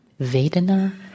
vedana